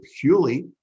purely